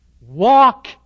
walk